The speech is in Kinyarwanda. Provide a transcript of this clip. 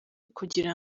kugira